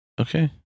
okay